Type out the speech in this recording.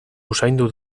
usaindu